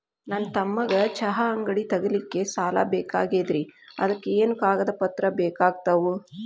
ನನ್ನ ತಮ್ಮಗ ಚಹಾ ಅಂಗಡಿ ತಗಿಲಿಕ್ಕೆ ಸಾಲ ಬೇಕಾಗೆದ್ರಿ ಅದಕ ಏನೇನು ಕಾಗದ ಪತ್ರ ಬೇಕಾಗ್ತವು?